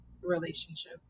relationship